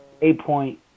eight-point